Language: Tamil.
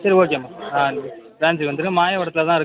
சரி ஓகேமா ஆ பிராஞ்ச்சுக்கு வந்துடுங்க மாயவரத்தில் தான் இருக்குது